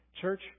Church